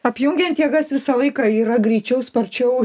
apjungiant jėgas visą laiką yra greičiau sparčiau